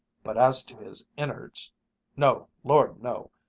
but as to his innards no, lord no!